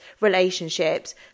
relationships